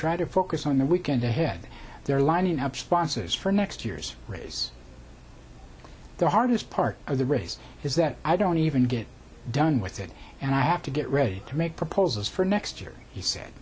try to focus on the weekend ahead they're lining up sponsors for next year's race the hardest part of the race is that i don't even get done with it and i have to get ready to make proposals for next year he said